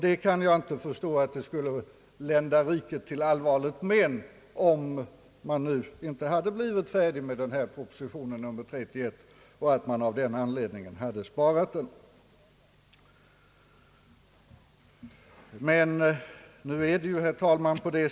Jag kan inte förstå att det skulle ha länt riket till allvarligt men om man inte blivit färdig med denna proposition nr 31 och av den anledningen hade sparat dess avlämnande.